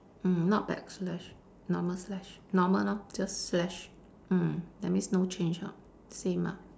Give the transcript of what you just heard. mm not back slash normal slash normal lor just slash mm that means no change ah same ah